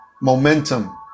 Momentum